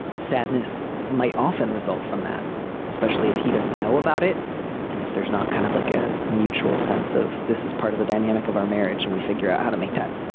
sadness might often result from that especially if he doesn't know about it and if there's not kind of like a mutual sense of this is part of the dynamic of our marriage and we figure out how to make that